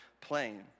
plain